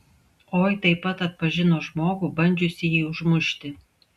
oi taip pat atpažino žmogų bandžiusįjį užmušti